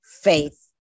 faith